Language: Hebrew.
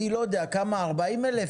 כמה 40,000?